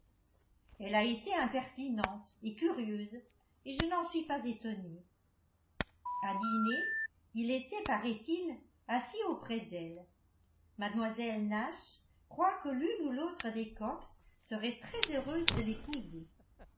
elle a été impertinente et curieuse et je n'en suis pas étonnée à dîner il était paraît-il assis auprès d'elle mlle nash croit que l'une ou l'autre des cox serait très heureuse de l'épouser